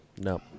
no